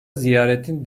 ziyaretin